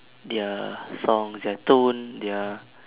their sounds their tone their